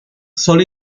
sólo